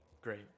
Great